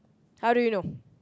how do you know